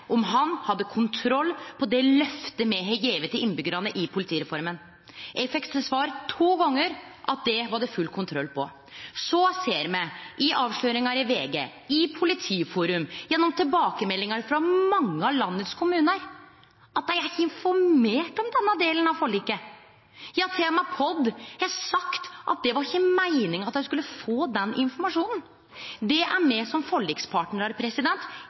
om han hadde kontroll på det løftet me har gjeve til innbyggjarane gjennom politireforma, fekk eg til svar – to gonger – at det var det full kontroll på. Så ser me i avsløringar i VG, i Politiforum, gjennom tilbakemeldingar frå mange av kommunane i landet, at dei er ikkje informerte om denne delen av forliket. Ja, POD har til og med sagt at det var ikkje meininga at dei skulle få den informasjonen. Det er me som forlikspartnarar